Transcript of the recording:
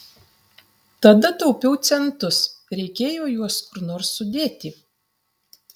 tada taupiau centus reikėjo juos kur nors sudėti